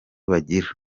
bagira